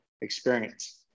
experience